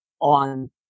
on